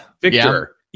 Victor